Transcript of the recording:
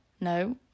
no